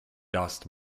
dust